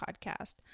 podcast